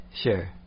sure